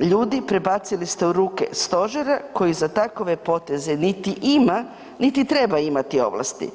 ljudi prebacili ste u ruke stožera koji za takove poteze niti ima niti treba imati ovlasti.